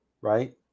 right